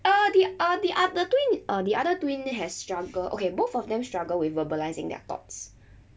err the err the other twin uh the other twin has struggled okay both of them struggle with verbalising their thoughts